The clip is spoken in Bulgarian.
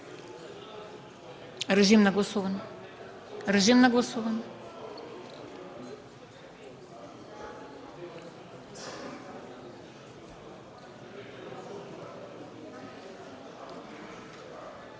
Режим на гласуване.